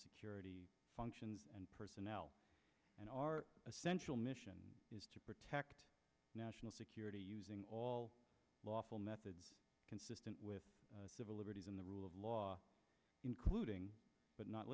security functions and personnel and our essential mission is to protect national security using all lawful methods consistent with civil liberties in the rule of law including but not